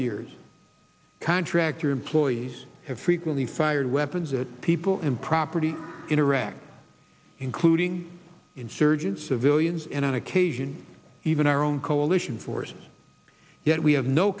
years contractor employees have frequently fired weapons a people in property in iraq including insurgents civilians and on occasion even our own coalition forces yet we have no